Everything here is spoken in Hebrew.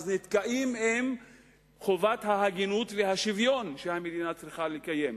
נתקעים עם חובת ההגינות והשוויון שהמדינה צריכה לקיים.